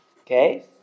okay